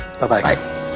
bye-bye